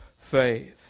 faith